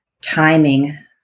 timing